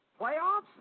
Playoffs